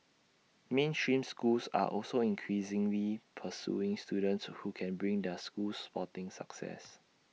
mainstream schools are also increasingly pursuing students who can bring their schools sporting success